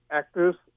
actors